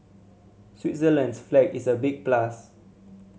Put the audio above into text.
Switzerland's flag is a big plus